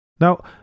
Now